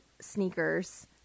sneakers